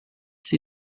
sie